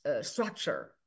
structure